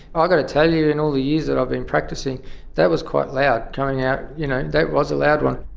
ah got to tell you, in all the years that i've been practising that was quite loud, coming out. you know that was a loud one.